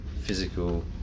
physical